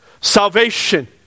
Salvation